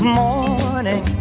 morning